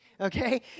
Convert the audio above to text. Okay